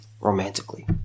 romantically